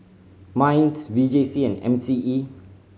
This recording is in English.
MINDS V J C and M C E